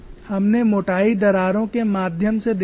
हमने मोटाई दरारों के माध्यम से देखा था